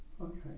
Okay